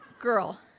Girl